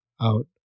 out